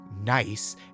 nice